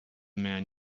man